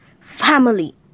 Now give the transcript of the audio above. family